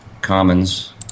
commons